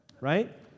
right